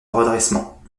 redressement